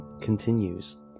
continues